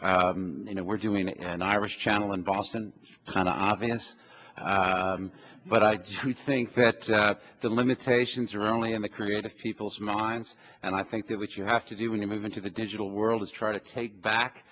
you know we're doing an irish channel in boston an obvious but i do think that the limitations are only in the creative people's minds and i think that what you have to do when you move into the digital world is try to take back